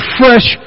fresh